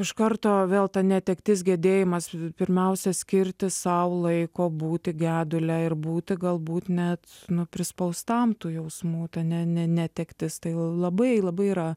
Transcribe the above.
iš karto vėl ta netektis gedėjimas pirmiausia skirti sau laiko būti gedule ir būti galbūt net nu prispaustam tų jausmų ta ne ne netektis tai labai labai yra